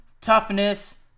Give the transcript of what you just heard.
toughness